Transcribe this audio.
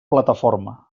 plataforma